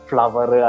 Flower